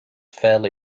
fairly